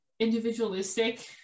individualistic